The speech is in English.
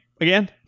again